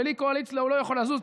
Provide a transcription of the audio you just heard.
בלי קואליציה הוא לא יכול לזוז.